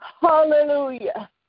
Hallelujah